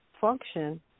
function